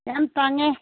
ꯌꯥꯝ ꯇꯥꯡꯉꯦ